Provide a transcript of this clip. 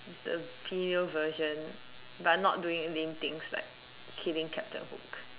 the female version but not doing anything like killing captain hook